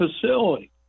facility